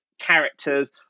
characters